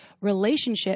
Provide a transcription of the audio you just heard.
relationship